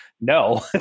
no